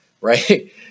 right